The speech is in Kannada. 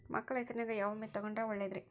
ಮಕ್ಕಳ ಹೆಸರಿನ್ಯಾಗ ಯಾವ ವಿಮೆ ತೊಗೊಂಡ್ರ ಒಳ್ಳೆದ್ರಿ?